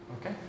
Okay